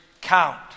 count